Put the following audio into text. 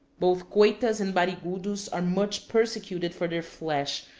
both coitas and barigudos are much persecuted for their flesh,